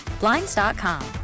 Blinds.com